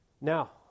Now